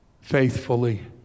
faithfully